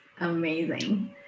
amazing